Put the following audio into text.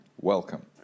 Welcome